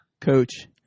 coach